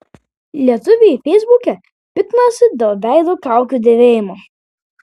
lietuviai feisbuke piktinasi dėl veido kaukių dėvėjimo